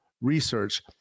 research